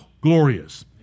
glorious